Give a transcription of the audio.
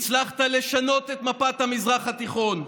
הצלחת לשנות את מפת המזרח התיכון.